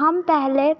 हम पहले